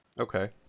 Okay